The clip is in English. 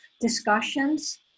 discussions